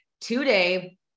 today